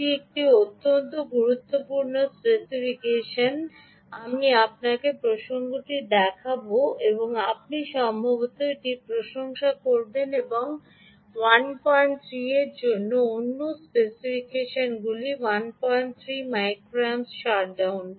এটি একটি অত্যন্ত গুরুত্বপূর্ণ স্পেসিফিকেশন আমি আপনাকে প্রসঙ্গটি দেখাব এবং আপনি সম্ভবত এটির প্রশংসা করবেন এবং 13 অন্য স্পেসিফিকেশন 13 মাইক্রো অ্যাম্পস শাটডাউন